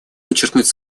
подчеркнуть